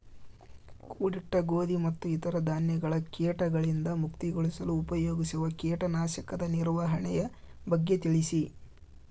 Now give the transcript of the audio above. ಕೂಡಿಟ್ಟ ಗೋಧಿ ಮತ್ತು ಇತರ ಧಾನ್ಯಗಳ ಕೇಟಗಳಿಂದ ಮುಕ್ತಿಗೊಳಿಸಲು ಉಪಯೋಗಿಸುವ ಕೇಟನಾಶಕದ ನಿರ್ವಹಣೆಯ ಬಗ್ಗೆ ತಿಳಿಸಿ?